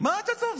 מה אתה צורח?